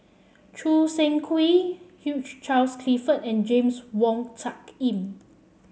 Choo Seng Quee Hugh Charles Clifford and James Wong Tuck Yim